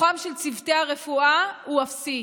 כוחם של צוותי הרפואה הוא אפסי.